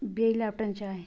بیٚیہِ لیٚپٹن چاے